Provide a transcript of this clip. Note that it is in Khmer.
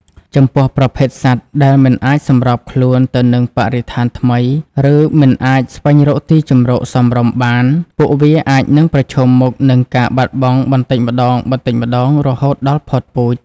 ចំពោះប្រភេទសត្វដែលមិនអាចសម្របខ្លួនទៅនឹងបរិស្ថានថ្មី ឬមិនអាចស្វែងរកទីជម្រកសមរម្យបាន ពួកវាអាចនឹងប្រឈមមុខនឹងការបាត់បង់បន្តិចម្តងៗរហូតដល់ផុតពូជ។